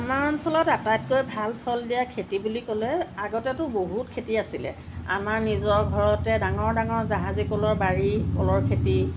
আমাৰ অঞ্চলত আটাইতকৈ ভাল ফল দিয়া খেতি বুলি কলে আগতেতো বহুত খেতি আছিল আমাৰ নিজৰ ঘৰতে ডাঙৰ ডাঙৰ জাহাজী কলৰ বাৰী কলৰ খেতি